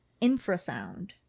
infrasound